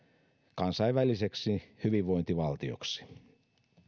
kansainväliseksi hyvinvointivaltioksi